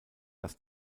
dass